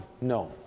No